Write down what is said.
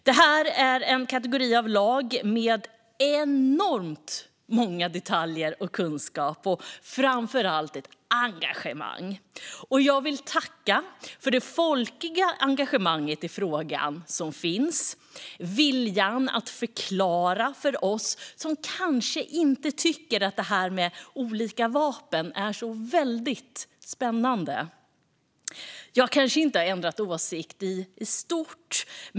Det här är en kategori av lag med enormt många detaljer och mycket kunskap och framför allt ett engagemang. Jag vill tacka för det folkliga engagemang som finns i frågan, viljan att förklara för oss som kanske inte tycker att det här med olika vapen är så väldigt spännande. Jag kanske inte har ändrat åsikt i stort.